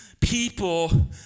people